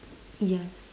yes